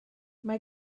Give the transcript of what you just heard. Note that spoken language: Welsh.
mae